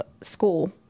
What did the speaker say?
school